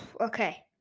okay